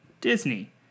Disney